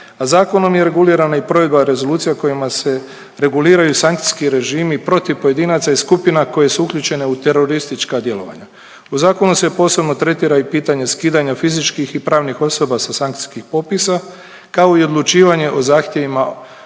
zakonom je regulirana i provedba Rezolucija kojima se reguliraju sankcijski režimi protiv pojedinaca i skupina koje su uključene u teroristička djelovanja. U zakonu se posebno tretira i pitanje skidanja fizičkih i pravnih osoba sa sankcijskih popisa kao i odlučivanje o zahtjevima za